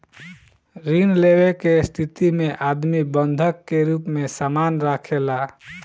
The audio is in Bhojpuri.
ऋण लेवे के स्थिति में आदमी बंधक के रूप में सामान राखेला